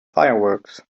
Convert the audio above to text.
fireworks